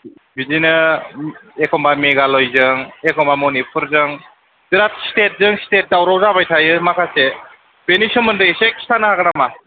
बिदिनो एखमबा मेघालयजों एखमबा मनिपुरजों बेराद स्टेटजों स्टेट दावराव जाबाय थायो माखासे बेनि सोमोनदोयै एसे खिन्थानो हागोन नामा